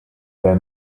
der